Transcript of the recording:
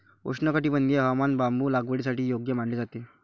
उष्णकटिबंधीय हवामान बांबू लागवडीसाठी योग्य मानले जाते